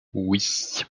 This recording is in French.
oui